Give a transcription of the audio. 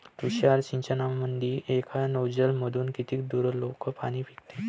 तुषार सिंचनमंदी एका नोजल मधून किती दुरलोक पाणी फेकते?